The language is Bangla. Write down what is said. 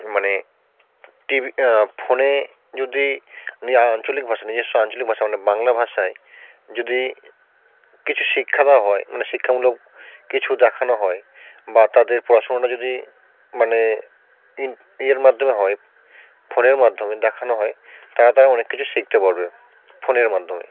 মানে টিভি ফোনে যদি নিয়া আঞ্চলিক ভাষা নিজস্ব আঞ্চলিক ভাষা মানে বাংলা ভাষায় যদি কিছু শিক্ষা দেওয়া হয় মানে শিক্ষামূলক কিছু দেখানো হয় বা তাদের পড়াশোনাটা যদি মানে ইয়ের মাধ্যমে হয় ফোনের মাধ্যমে দেখানো হয় তারা তারা অনেক কিছু শিখতে পারবে ফোনের মাধ্যমে